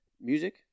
music